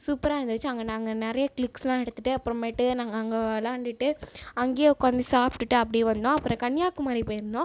சூப்பராக இருந்துச்சு அங்கே நாங்கள் நிறைய க்ளிக்ஸ்லாம் எடுத்துட்டு அப்புறமேட்டு நாங்கள் அங்கே விளையாண்டுட்டு அங்கேயே உட்காந்து சாப்பிட்டுட்டு அப்படியே வந்தோம் அப்புறம் கன்னியாகுமரி போயிருந்தோம்